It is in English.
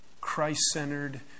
Christ-centered